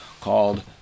called